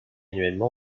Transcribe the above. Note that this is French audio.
annuellement